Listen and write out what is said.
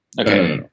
Okay